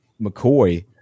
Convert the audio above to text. McCoy